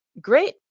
great